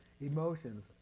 Emotions